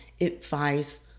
advice